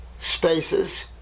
Spaces